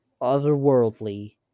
otherworldly